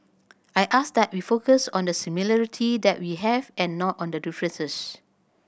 I ask that we focus on the similarity that we have and not on the differences